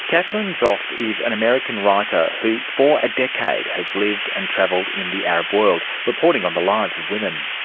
katherine zoepf is an american writer who for a decade has lived and travelled in the arab world, reporting on the lives of women.